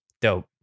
Dope